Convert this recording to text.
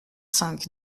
cinq